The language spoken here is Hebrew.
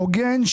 הוגן,